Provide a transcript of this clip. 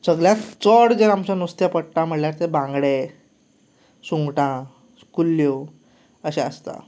सगल्यांत चड जें आमचें नुस्तें पडटा म्हणल्यार तें बांगडे सुंगटां कुल्ल्यो अशें आसता